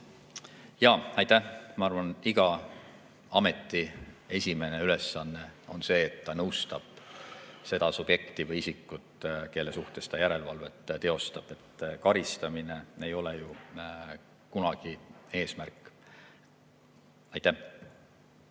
Aitäh! Ma arvan, et iga ameti esimene ülesanne on see, et ta nõustab seda subjekti või isikut, kelle suhtes ta järelevalvet teostab. Karistamine ei ole ju kunagi eesmärk. Aitäh!